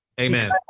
Amen